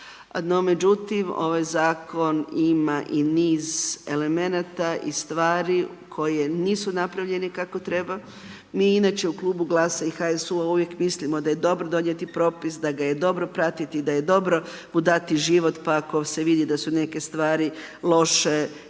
no međutim ovaj Zakon ima i niz elemenata i stvari koje nisu napravljene kako treba, mi inače u Klubu GLAS-a i HSU-a uvijek mislimo da je dobro donijeti propis, da ga je dobro pratiti, da je dobro mu dati život pa ako se vidi da su neke stvari loše